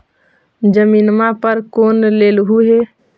जमीनवा पर लोन लेलहु हे?